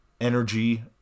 energy